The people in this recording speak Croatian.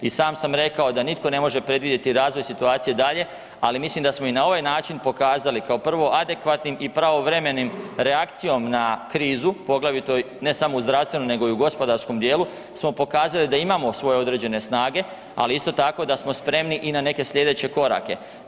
I sam sam rekao da nitko ne može predvidjeti razvoj situacije dalje, ali mislim da smo i na ovaj način pokazali kao prvo adekvatnim i pravovremenim reakcijom na krizu poglavito ne samo u zdravstvenom nego i u gospodarskom djelu smo pokazali da imamo svoje određene snage ali sito tako da smo spremi i na neke slijedeće korake.